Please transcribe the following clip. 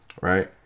right